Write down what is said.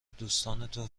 دوستانتو